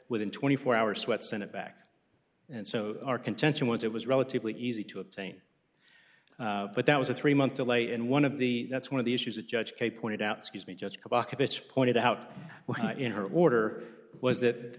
within twenty four hours what sent it back and so our contention was it was relatively easy to obtain but that was a three month delay and one of the that's one of the issues that judge kay pointed out scuse me just pointed out in her order was that